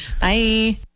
Bye